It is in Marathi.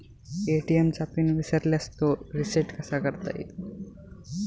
ए.टी.एम चा पिन विसरल्यास तो रिसेट कसा करता येईल?